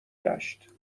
گشت